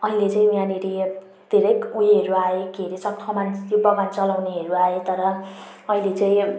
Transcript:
अहिले चाहिँ यहाँनिर धेरै ऊ योहरू आए के रे सब कमान यो बगान चलाउनेहरू आए तर अहिले चाहिँ